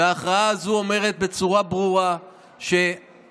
וההכרעה הזו אומרת בצורה ברורה שהצד